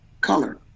color